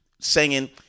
Singing